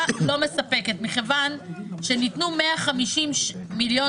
מה התכנית לסיום השיפוץ